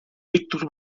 víctor